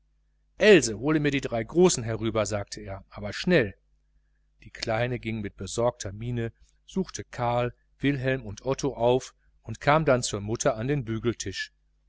else hole mir die drei großen herüber sagte er aber schnell die kleine ging mit besorgter miene suchte karl wilhelm und otto auf und kam dann zur mutter an den bügeltisch